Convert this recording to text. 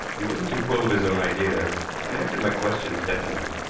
he wasn't too full of his own ideas, and answered my questions definitely.